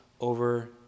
over